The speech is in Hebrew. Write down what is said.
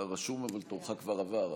אתה רשום, אבל תורך כבר עבר.